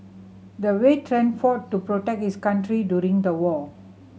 the veteran fought to protect his country during the war